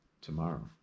tomorrow